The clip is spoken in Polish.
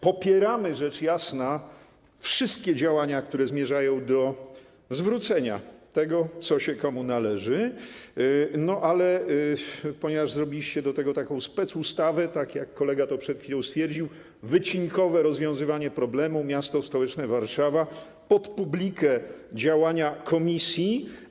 Popieramy rzecz jasna wszystkie działania, które zmierzają do zwrócenia tego, co się komu należy, ale zrobiliście do tego taką specustawę, tak jak kolega to przed chwilą stwierdził, wycinkowe rozwiązywanie problemu, m.st. Warszawa, pod publikę działania komisji.